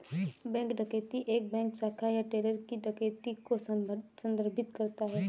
bank डकैती एक bank शाखा या टेलर की डकैती को संदर्भित करता है